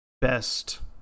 best